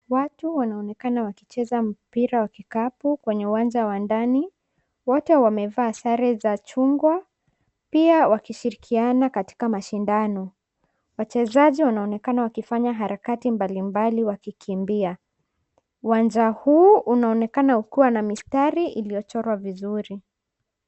Watu wanaonekana wakicheza mpira wa kikapu kwenye uwanja wa ndani. Wote wamevaa sare za chungwa, pia wakishirikiana katika mashindano. Wachezaji wanaonekana wakifanya harakati mbalimbali wakikimbia. Uwanja huu unaonekana ukiwa na mistari iliyochorwa vizuri.